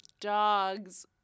dogs